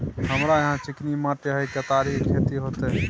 हमरा यहाँ चिकनी माटी हय केतारी के खेती होते?